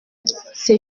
c’est